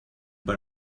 but